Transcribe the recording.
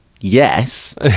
yes